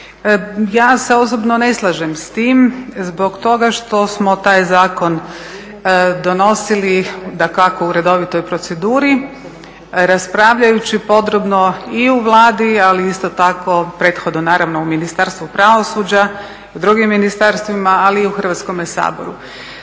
Ja se osobno ne slažem s time zbog toga što smo taj zakon donosili dakako u redovitoj proceduri raspravljajući podrobno i u Vladi ali isto tako prethodno naravno u Ministarstvu pravosuđa i u drugim ministarstvima ali i u Hrvatskome saboru.